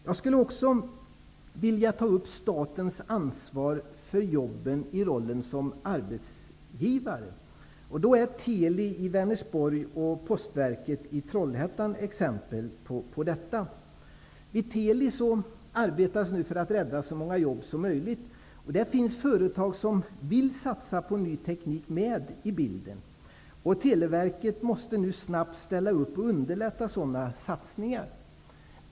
Jag skulle också vilja ta upp statens ansvar för jobben i rollen som arbetsgivare. Teli i Vänersborg och Postverket i Trollhättan är exempel på detta. Vid Teli arbetar man nu för att rädda så många jobb som möjligt. Där finns företag som vill satsa på ny teknik med i bilden. Televerket måste nu snabbt ställa upp och underlätta sådana satsningar.